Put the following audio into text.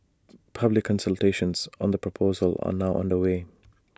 public consultations on the proposals are now underway